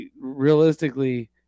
realistically